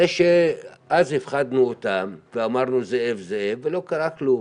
זה שאז הפחדנו אותם ואמרנו זאב זאב ולא קרה כלום